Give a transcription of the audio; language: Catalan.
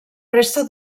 resta